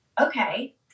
Okay